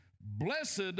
Blessed